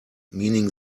meaning